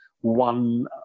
one